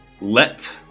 Let